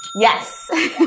Yes